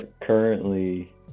currently